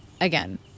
again